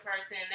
person